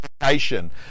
education